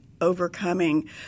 overcoming